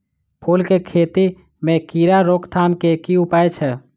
फूल केँ खेती मे कीड़ा रोकथाम केँ की उपाय छै?